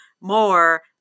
more